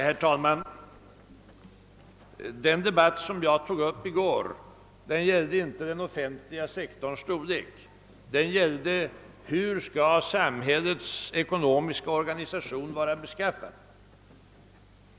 Herr talman! Den debatt jag tog upp i går gällde inte den offentliga sektorns storlek utan hur samhällets ekonomiska organisation skall vara beskaffad.